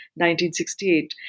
1968